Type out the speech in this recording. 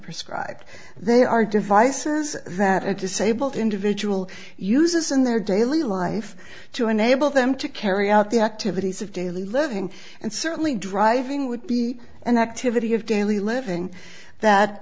prescribed they are devices that a disabled individual uses in their daily life to enable them to carry out the activities of daily living and certainly driving would be an activity of daily living that